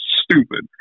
stupid